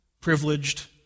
privileged